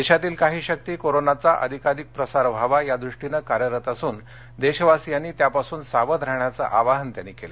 देशातील काही शक्ती कोरोनाचा अधिकाधिक प्रसार व्हावा यादृष्टीनं कार्यरत असून देशवासीयांनी त्यापासून सावध राहण्याचं आवाहनही त्यांनी केलं